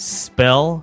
spell